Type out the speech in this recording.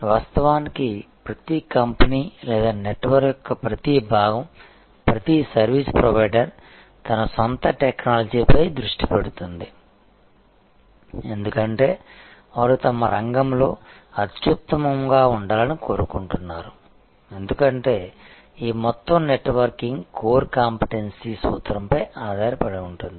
వాస్తవానికి ప్రతి కంపెనీ లేదా నెట్వర్క్ యొక్క ప్రతి భాగం ప్రతి సర్వీస్ ప్రొవైడర్ తన సొంత టెక్నాలజీపై దృష్టి పెడుతుంది ఎందుకంటే వారు తమ రంగంలో అత్యుత్తమంగా ఉండాలని కోరుకుంటున్నారు ఎందుకంటే ఈ మొత్తం నెట్వర్కింగ్ కోర్ కాంపిటెన్సీ సూత్రంపై ఆధారపడి ఉంటుంది